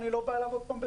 עוד פעם,